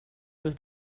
was